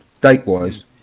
date-wise